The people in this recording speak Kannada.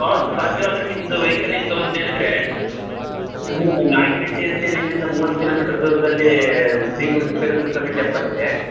ಹಾಂ ಸಾಧ್ಯವಾದರೆ ನಿಮ್ಮದು ವೆಹಿಕಲ್ ಇತ್ತು ಅಂತ ಹೇಳಿದರೆ ಹ್ಞೂ ನಾಯಕನಹಟ್ಟಿ ಅಂತೇಳಿ ಇಲ್ಲಿಂದ ಮೂವತ್ತು ಕಿಲೋಮೀಟರ್ ದೂರದಲ್ಲಿ ಶ್ರೀ ಗುರು ತಿಪ್ಪೇರುದ್ರಸ್ವಾಮಿ ಟೆಂಪಲ್ ಇದೆ